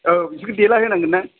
औ बिसोरखौ देलायनांगोन ना